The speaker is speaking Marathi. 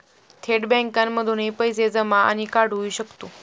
थेट बँकांमधूनही पैसे जमा आणि काढुहि शकतो